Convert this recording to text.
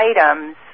items